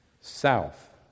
south